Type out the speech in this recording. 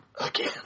Again